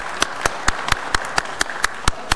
(מחיאות כפיים)